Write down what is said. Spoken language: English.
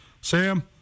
Sam